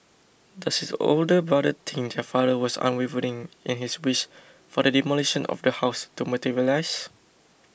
does his older brother think their father was unwavering in his wish for the demolition of the house to materialise